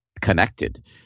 connected